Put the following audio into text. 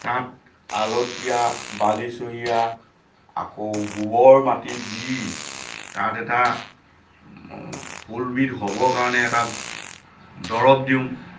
তাত আলতীয়া বালিচহীয়া আকৌ গোবৰ মাটি দি তাত এটা ফুলবিধ হ'ব কাৰণে এটা দৰৱ দিওঁ